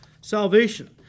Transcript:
salvation